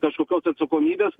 kažkokios atsakomybės